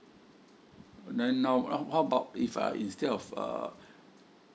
then how how how about if I instead of uh